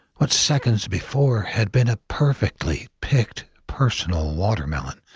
what seconds before had been a perfectly picked personal watermelon,